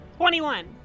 21